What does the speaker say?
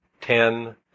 ten